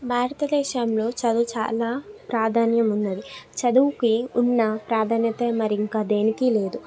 భారతదేశంలో చదువు చాలా ప్రాధాన్యం ఉన్నది చదువుకి ఉన్న ప్రాధాన్యత మరి ఇంకా దేనికి లేదు